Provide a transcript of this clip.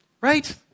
Right